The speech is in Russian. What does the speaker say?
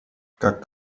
как